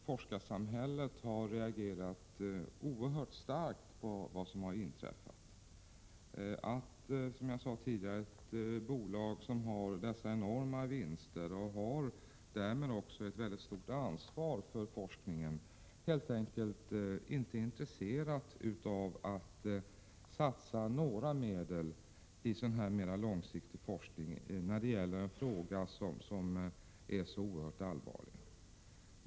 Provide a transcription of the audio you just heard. Forskarsamhället har reagerat oerhört starkt på det som har inträffat — att, som jag sade tidigare, ett bolag som gjort dessa enorma vinster och som därmed också har ett mycket stort ansvar för forskningen helt enkelt inte är intresserat av att satsa några medel på en sådan här mer långsiktig forskning när det gäller en så oerhört allvarlig fråga.